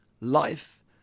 Life